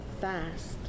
fast